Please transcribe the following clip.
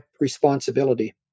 responsibility